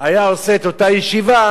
היה עושה את אותה ישיבה,